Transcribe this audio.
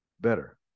better